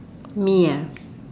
me ah